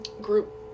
group